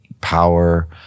power